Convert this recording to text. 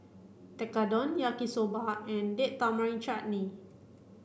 Tekkadon Yaki soba and Date Tamarind Chutney